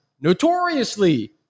notoriously